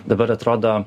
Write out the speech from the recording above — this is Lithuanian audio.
dabar atrodo